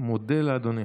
מודה לאדוני.